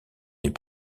les